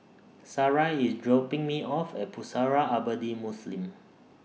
Sarai IS dropping Me off At Pusara Abadi Muslim